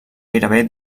gairebé